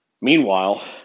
Meanwhile